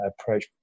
approach